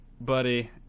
buddy